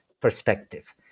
perspective